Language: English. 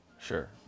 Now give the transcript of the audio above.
Sure